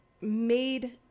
made